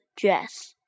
dress